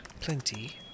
plenty